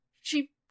she-